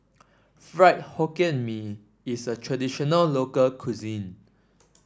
Fried Hokkien Mee is a traditional local cuisine